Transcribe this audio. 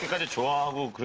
but travel